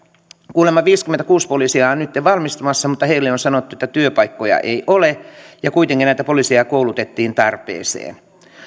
kuulemma viisikymmentäkuusi poliisia on nytten valmistumassa mutta heille on sanottu että työpaikkoja ei ole ja kuitenkin näitä poliiseja koulutettiin tarpeeseen